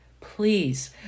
Please